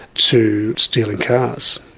to stealing cars,